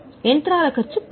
యంత్రాల ఖర్చు రూ